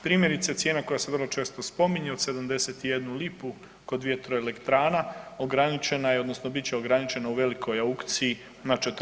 Primjerice cijena koja se vrlo često spominje od 71 lipu kod vjetroelektrana ograničena je odnosno bit će ograničena u velikoj aukciji na 40 i par lipa.